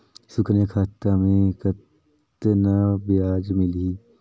सुकन्या खाता मे कतना ब्याज मिलही?